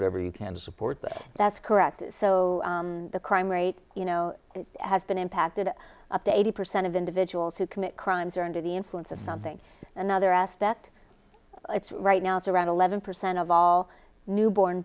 whatever you can to support that that's correct so the crime rate you know has been impacted up to eighty percent of individuals who commit crimes are under the influence of something another aspect right now is around eleven percent of all newborn